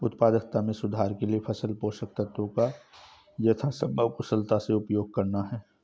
उत्पादकता में सुधार के लिए फसल पोषक तत्वों का यथासंभव कुशलता से उपयोग करना है